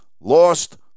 lost